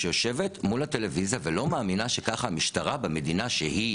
שיושבת מול הטלוויזיה ולא מאמינה שככה המשטרה במדינה שהיא